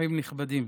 אורחים נכבדים,